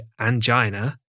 angina